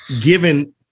given